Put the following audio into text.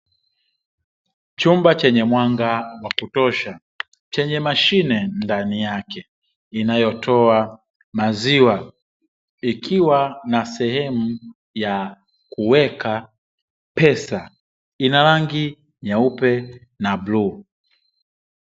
Chumba chenye mwanga wa kutosha, chenye mashine ndani yake inayotoa maziwa ikiwa na sehemu ya kuweka pesa ina rangi nyeupe na bluu.